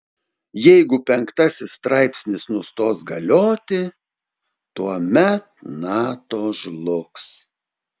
jeigu penktasis straipsnis nustos galioti tuomet nato žlugs